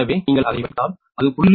எனவே நீங்கள் அதை வைத்தால் அது 0